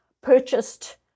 purchased